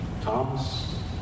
Thomas